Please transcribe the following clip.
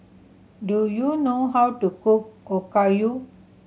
do you know how to cook Okayu